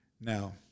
Now